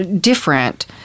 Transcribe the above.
different